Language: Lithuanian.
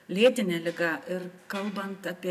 lėtine liga ir kalbant apie